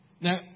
Now